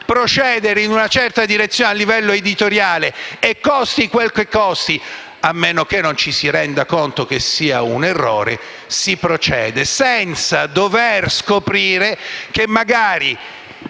procedere in una certa direzione a livello editoriale e, costi quel che costi, a meno che non ci si renda conto che sia un errore, si va avanti, senza dover scoprire che magari